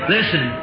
Listen